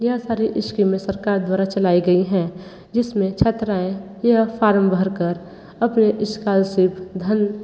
यह सारे इस्किमें सरकार द्वारा चलाई गई हैं जिसमें छात्राएँ यह फ़ार्म भरकर अपने इस्कालरशिप धन